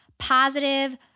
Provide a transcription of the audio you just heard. positive